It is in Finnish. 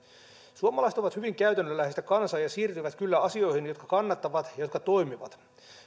suomalaiset ovat hyvin käytännönläheistä kansaa ja siirtyvät kyllä asioihin jotka kannattavat ja jotka toimivat